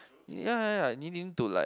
ya ya ya need him to like